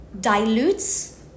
dilutes